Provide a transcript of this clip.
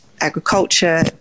agriculture